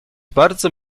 bardzo